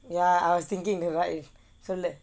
ya I was thinking the line